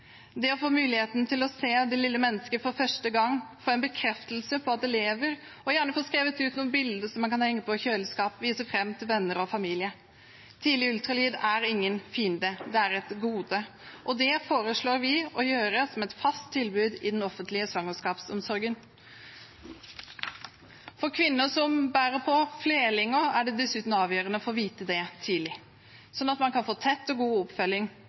det å få muligheten til å se det lille mennesket for første gang, få en bekreftelse på at det lever, og gjerne få skrevet ut noen bilder som man kan henge på kjøleskapet og vise fram til venner og familie. Tidlig ultralyd er ingen fiende; det er et gode. Det foreslår vi å gjøre som et fast tilbud i den offentlige svangerskapsomsorgen. For kvinner som bærer på flerlinger, er det dessuten avgjørende å få vite det tidlig, slik at man kan få tett og god oppfølging.